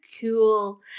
cool